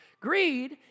Greed